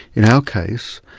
in our case,